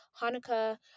Hanukkah